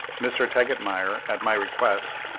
mr. tegetmeier, at my request,